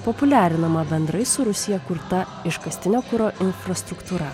populiarinama bendrai su rusija kurta iškastinio kuro infrastruktūra